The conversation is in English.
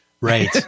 right